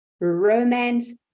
romance